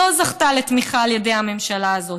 לא זכתה לתמיכה על ידי הממשלה הזאת,